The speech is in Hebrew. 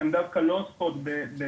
רוב התלונות דווקא לא עוסקות בשירות,